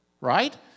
right